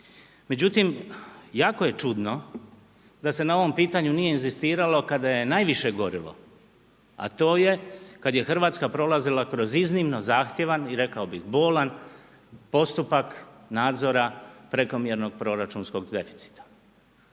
Međutim, jako je čudno, da se na ovom pitanju nije inzistiralo kada je naviše gorilo, a to je kada je Hrvatska prolazila kroz iznimno zahtjevan i rekao bi bolan postupak nadzora prekomjernog proračunskog deficita.